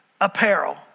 apparel